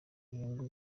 inyungu